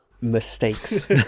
mistakes